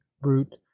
brute